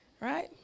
right